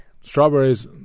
strawberries